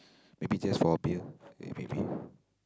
maybe just for a beer may maybe